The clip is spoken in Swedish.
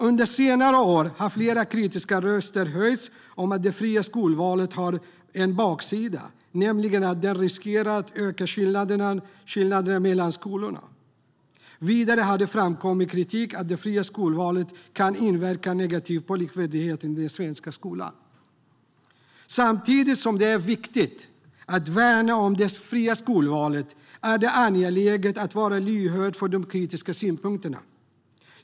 Under senare år har flera kritiska röster höjts om att det fria skolvalet har en baksida, nämligen att det riskerar att öka skillnaderna mellan skolorna. Vidare har det framkommit kritik om att det fria skolvalet kan inverka negativt på likvärdigheten i den svenska skolan. Samtidigt som det är viktigt att värna om det fria skolvalet är det angeläget att vara lyhörd för de kritiska synpunkterna.